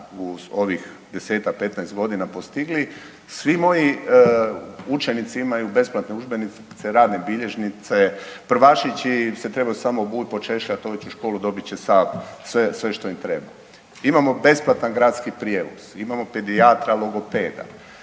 petnaest godina postigli svi moji učenici imaju besplatne udžbenike, radne bilježnice, prvašići se trebaju samo obući, počešljati, doći u školu, dobit će sve što im treba. Imamo besplatan gradski prijevoz, imamo pedijatra, logopeda.